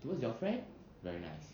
towards your friend very nice